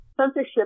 censorship